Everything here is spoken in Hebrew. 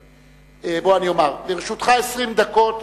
בוא, אני אומר: לרשותך 20 דקות.